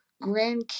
Grand